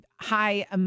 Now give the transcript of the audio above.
high